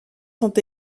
sont